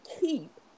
keep